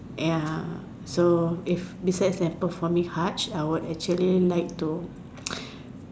ya so if besides the performing arch I actually like to